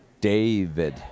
David